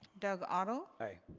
doug otto? aye.